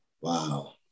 Wow